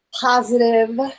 positive